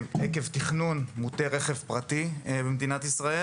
עקב תכנון מוטה רכב פרטי במדינת ישראל